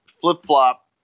flip-flop